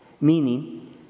Meaning